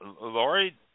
Lori